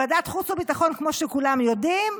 אז בוועדת החוץ והביטחון, כמו שכולם יודעים,